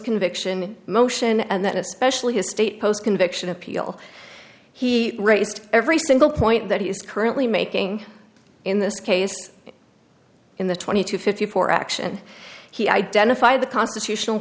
conviction motion and especially his state post conviction appeal he raised every single point that he is currently making in this case in the twenty two fifty four action he identified the constitutional